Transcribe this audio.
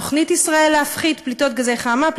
תוכנית ישראל להפחתת פליטות גזי חממה,